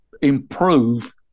improve